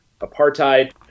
apartheid